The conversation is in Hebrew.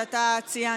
שאתה ציינת.